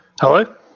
Hello